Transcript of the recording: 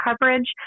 coverage